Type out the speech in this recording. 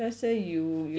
let's say you